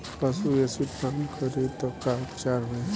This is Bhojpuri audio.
पशु एसिड पान करी त का उपचार होई?